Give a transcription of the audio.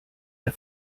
der